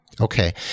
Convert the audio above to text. Okay